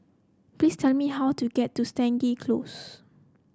please tell me how to get to Stangee Close